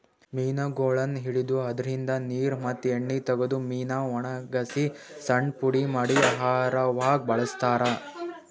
ಮೀನಗೊಳನ್ನ್ ಹಿಡದು ಅದ್ರಿನ್ದ ನೀರ್ ಮತ್ತ್ ಎಣ್ಣಿ ತಗದು ಮೀನಾ ವಣಗಸಿ ಸಣ್ಣ್ ಪುಡಿ ಮಾಡಿ ಆಹಾರವಾಗ್ ಬಳಸ್ತಾರಾ